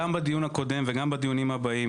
גם בדיון הקודם וגם בדיונים הבאים,